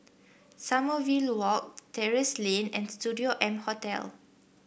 Sommerville Walk Terrasse Lane and Studio M Hotel